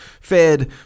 fed